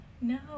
No